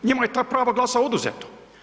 Njima je ta prava glasa oduzeto.